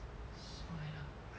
什么来的